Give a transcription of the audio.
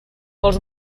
els